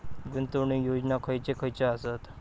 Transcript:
गुंतवणूक योजना खयचे खयचे आसत?